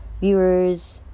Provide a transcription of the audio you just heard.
viewers